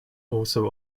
also